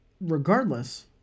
regardless